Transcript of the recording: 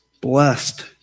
blessed